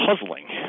puzzling